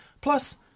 plus